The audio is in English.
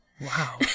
Wow